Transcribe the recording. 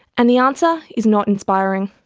and the answer is not inspiring.